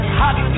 hot